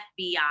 FBI